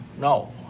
no